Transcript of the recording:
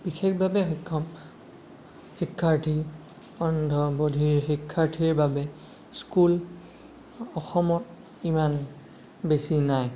বিশেষভাৱে সক্ষম শিক্ষাৰ্থী অন্ধ বধিৰ শিক্ষাৰ্থীৰ বাবে স্কুল অসমত ইমান বেছি নাই